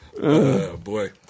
boy